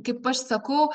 kaip aš sakau